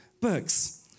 books